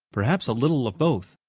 perhaps a little of both.